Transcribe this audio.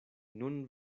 nun